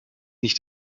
nicht